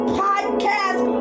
podcast